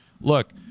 Look